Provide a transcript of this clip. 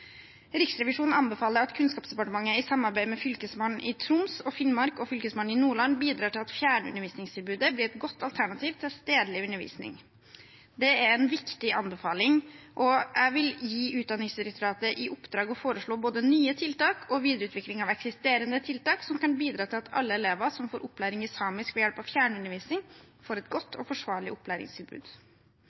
Riksrevisjonen anbefaler at Kunnskapsdepartementet i samarbeid med Fylkesmannen i Troms og Finnmark og Fylkesmannen i Nordland bidrar til at fjernundervisningstilbudet blir et godt alternativ til stedlig undervisning. Det er en viktig anbefaling, og jeg vil gi Utdanningsdirektoratet i oppdrag å foreslå både nye tiltak og å videreutvikle eksisterende tiltak som kan bidra til at alle elever som får opplæring i samisk ved hjelp av fjernundervisning, får et godt og forsvarlig opplæringstilbud.